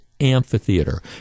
amphitheater